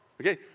Okay